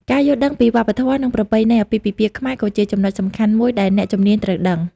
ការយល់ដឹងពីវប្បធម៌ និងប្រពៃណីអាពាហ៍ពិពាហ៍ខ្មែរក៏ជាចំណុចសំខាន់មួយដែលអ្នកជំនាញត្រូវដឹង។